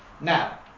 now